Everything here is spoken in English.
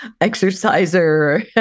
exerciser